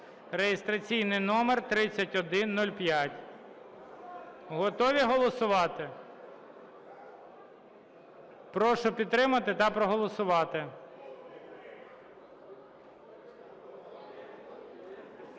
(реєстраційний номер 3105). Готові голосувати? Прошу підтримати та проголосувати.